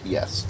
Yes